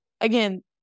again